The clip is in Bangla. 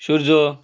সূর্য